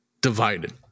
divided